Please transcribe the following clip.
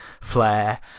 flare